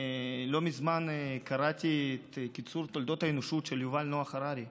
לא מזמן קראתי את "קיצור תולדות האנושות" של יובל נח הררי,